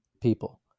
people